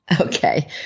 Okay